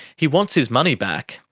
he wants his money back,